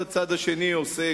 את הצד השני עושה,